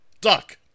duck